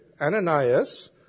Ananias